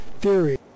theory